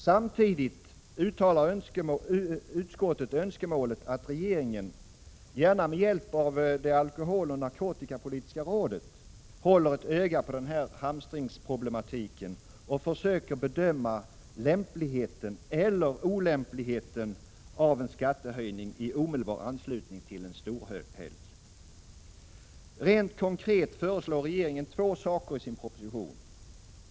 Samtidigt uttalar utskottet önskemål att regeringen, gärna med hjälp av det Alkoholoch Narkotikapolitiska rådet, håller ett öga på den här hamstringsproblematiken och försöker bedöma lämpligheten — eller olämpligheten — av en skattehöjning i omedelbar anslutning till en storhelg. Rent konkret föreslår regeringen två saker i sin proposition.